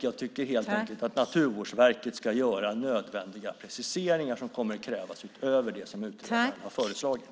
Jag tycker helt enkelt att Naturvårdsverket ska göra nödvändiga preciseringar, som kommer att krävas utöver det som utredaren har föreslagit.